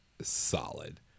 solid